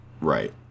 Right